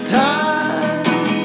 time